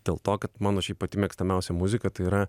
dėl to kad mano šiaip pati mėgstamiausia muzika tai yra